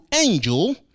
angel